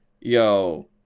Yo